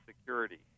security